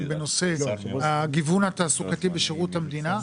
בנושא הגיוון התעסוקתי בשירות המדינה,